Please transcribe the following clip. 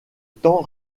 temps